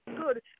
good